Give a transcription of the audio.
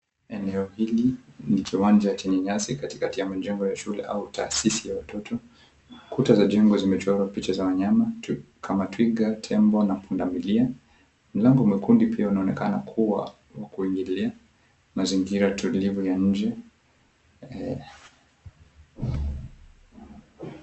Eneo hili ni kiwanja chenye nyasi katikati ya mijengo ya shule au taasisi ya watoto. Kuta za jengo zumechorwa picha za wanyama kama twiga, tembo na punda milia. Mlango mwekundu pia unaonekana kuwa wakuingilia, mazingira tulivu ya nje.